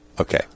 Okay